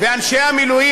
ואנשי המילואים,